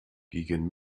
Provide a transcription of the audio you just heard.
gegen